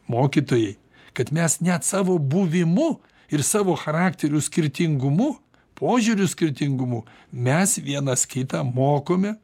mokytojai kad mes net savo buvimu ir savo charakterių skirtingumu požiūrių skirtingumu mes vienas kitą mokome